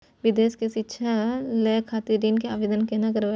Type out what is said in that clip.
विदेश से शिक्षा लय खातिर ऋण के आवदेन केना करबे?